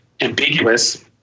ambiguous